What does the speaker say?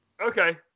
Okay